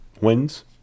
wins